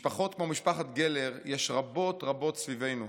משפחות כמו משפחת גלר יש רבות-רבות סביבנו,